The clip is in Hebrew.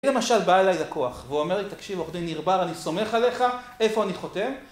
למשל בא אליי לקוח, והוא אומר לי תקשיב עו"ד ניר בר אני סומך עליך, איפה אני חותם?